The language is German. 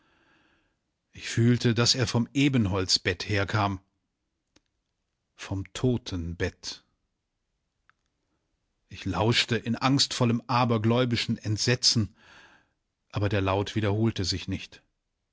ich fühlte daß er vom ebenholzbett her kam vom totenbett ich lauschte in angstvollem abergläubischem entsetzen aber der laut wiederholte sich nicht